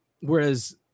Whereas